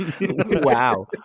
Wow